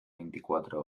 veinticuatro